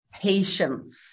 Patience